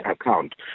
account